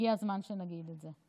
הגיע הזמן שנגיד את זה.